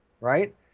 right